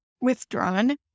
withdrawn